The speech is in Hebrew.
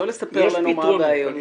יש פתרונות.